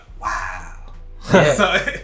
wow